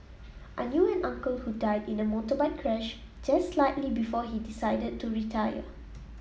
I knew an uncle who died in a motorbike crash just slightly before he decided to retire